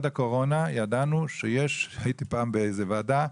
פעם הייתי באיזו ועדה,